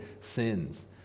sins